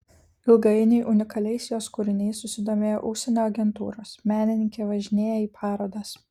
ilgainiui unikaliais jos kūriniais susidomėjo užsienio agentūros menininkė važinėja į parodas